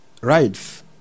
rights